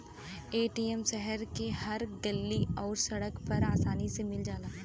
ATM शहर के हर गल्ली आउर सड़क पर आसानी से मिल जाला